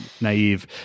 naive